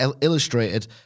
illustrated